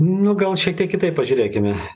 nu gal šiek tiek kitaip pažiūrėkime